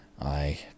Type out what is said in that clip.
I